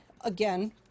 again